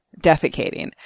defecating